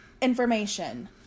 information